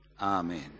Amen